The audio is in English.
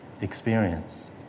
experience